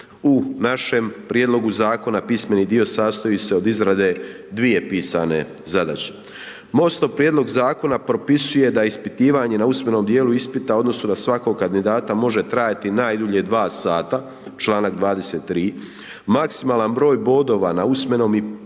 U našem prijedlogu zakona pismeni dio sastoji se od izrade dvije pisane zadaće. MOST-ov prijedlog zakona propisuje da ispitivanje na usmenom djelu ispita u odnosu na svakog kandidata može trajati najdulje 2sata, članak 23. Maksimalan broj bodova na usmenom i